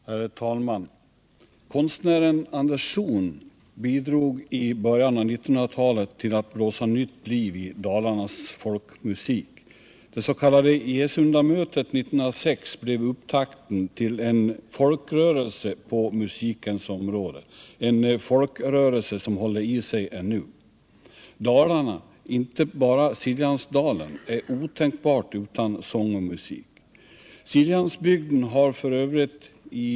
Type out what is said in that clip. Herr talman! Konstnären Anders Zorn bidrog i början av 1900-talet till att blåsa nytt liv i Dalarnas folkmusik. Det s.k. Gesundamötet 1906 blev upptakten till en folkrörelse på musikens område, en folkrörelse som håller i sig ännu. Dalarna, inte bara Siljansdalen, är otänkbart utan sång och musik. Siljansbygden har f.ö.